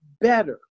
better